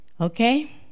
okay